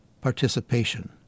participation